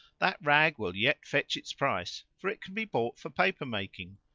that rag will yet fetch its price, for it can be bought for paper-making.